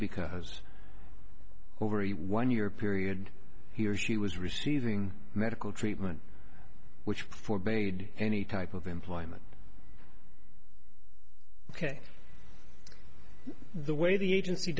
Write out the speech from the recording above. because over a one year period he or she was receiving medical treatment which for bade any type of employment ok the way the agency